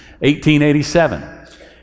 1887